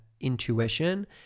intuition